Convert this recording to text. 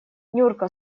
нюрка